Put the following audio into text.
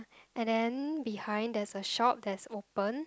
and then behind there's a shop that's open